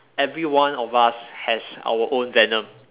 everyone of us has our own venom